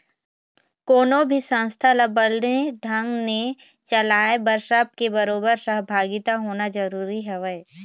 कोनो भी संस्था ल बने ढंग ने चलाय बर सब के बरोबर सहभागिता होना जरुरी हवय